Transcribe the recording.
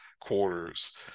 quarters